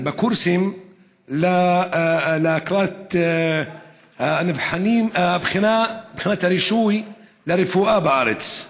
בקורסים לקראת בחינת הרישוי לרפואה בארץ,